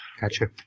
Gotcha